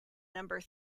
number